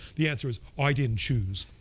the answer is, i didn't choose.